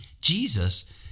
Jesus